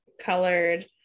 colored